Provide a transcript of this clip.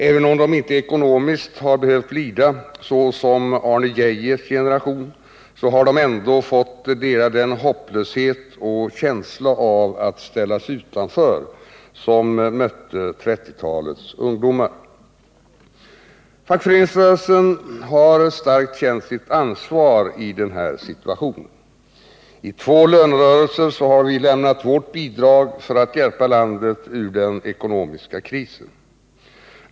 Även om de inte ekonomiskt har behövt lida så som Arne Geijers generation, har de ändå fått dela den hopplöshet och känsla av att ställas utanför som mötte 1930-talets ungdomar. Fackföreningsrörelsen har starkt känt sitt ansvar i den här situationen. I två lönerörelser har vi lämnat vårt bidrag för att hjälpa landet ur den ekonomiska krisen.